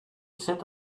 set